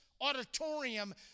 auditorium